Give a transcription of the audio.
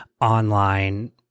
online